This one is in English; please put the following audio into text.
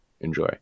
Enjoy